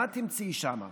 מה תמצאי שם?